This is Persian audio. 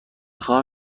خواهم